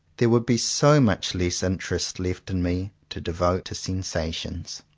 there would be so much less interest left in me to devote to sensations.